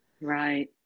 Right